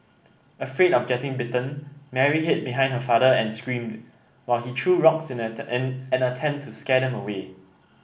afraid of getting bitten Mary hid behind her father and screamed while he threw rocks in an attempt to scare them away